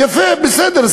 יפה, בסדר.